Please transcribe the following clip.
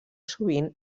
sovint